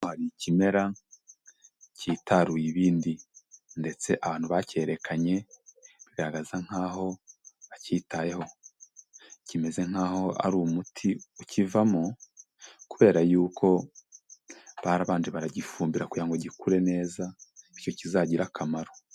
Ikimera cyitaruye ibindi ndetse abantu bakerekanye bigaragaza nkaho bakitayeho, kimeze nkaho ari umuti ukivamo kubera yuko barabanje baragifumbira kugira ngo gikure neza bityo kizagire akamaro.